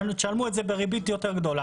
שלמו את זה בריבית יותר גבוהה.